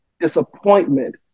disappointment